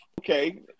Okay